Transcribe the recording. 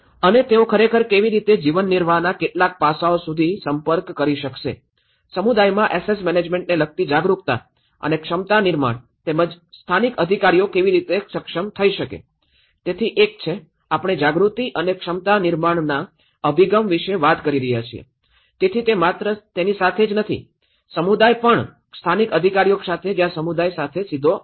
અને તેઓ ખરેખર કેવી રીતે જીવનનિર્વાહના કેટલાક પાસાઓ સુધી સંપર્ક કરી શકશે સમુદાયમાં એસેટ મેનેજમેન્ટને લગતી જાગરૂકતા અને ક્ષમતા નિર્માણ તેમજ સ્થાનિક અધિકારીઓ કેવી રીતે સક્ષમ થઈ શકે તેથી એક છે આપણે જાગૃતિ અને ક્ષમતા નિર્માણના અભિગમ વિશે વાત કરી રહ્યા છીએ તેથી તે માત્ર સાથે જ નથી સમુદાય પણ સ્થાનિક અધિકારીઓ સાથે જ્યાં સમુદાય સીધો સંબંધિત છે